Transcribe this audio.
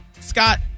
Scott